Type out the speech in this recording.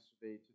today